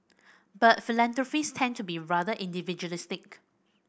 but philanthropists tend to be rather individualistic